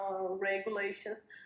regulations